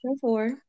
four